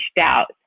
out